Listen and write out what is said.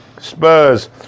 Spurs